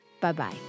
bye-bye